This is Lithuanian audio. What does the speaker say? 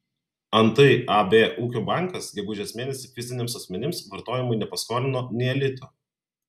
antai ab ūkio bankas gegužės mėnesį fiziniams asmenims vartojimui nepaskolino nė lito